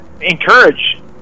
encourage